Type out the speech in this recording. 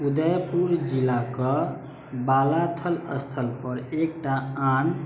उदयपुर जिलाकऽ बालाथल स्थल पर एकटा आन